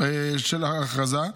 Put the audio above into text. תוקפה של ההכרזה,